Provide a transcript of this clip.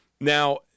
Now